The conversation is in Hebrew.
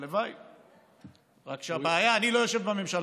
הלוואי, רק שהבעיה, אני לא יושב בממשלה.